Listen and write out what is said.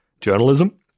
journalism